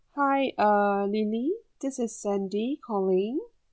hi uh lily this is sandy calling